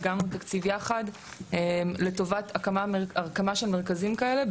הקמנו תקציב יחד לטובת הקמה של מרכזים כאלה,